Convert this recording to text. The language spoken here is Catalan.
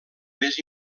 més